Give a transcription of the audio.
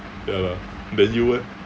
ya lah then you eh